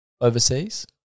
Overseas